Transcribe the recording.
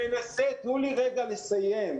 תנו לי רגע לסיים.